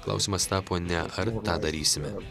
klausimas tapo ne ar tą darysime